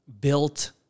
built